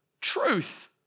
Truth